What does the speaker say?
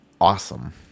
awesome